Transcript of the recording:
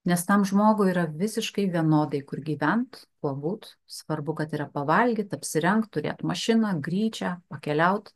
nes tam žmogui yra visiškai vienodai kur gyvent kuo būt svarbu kad yra pavalgyt apsirengt turėt mašiną gryčią pakeliaut